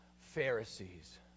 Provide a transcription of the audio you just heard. Pharisees